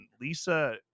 lisa